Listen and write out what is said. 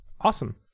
Awesome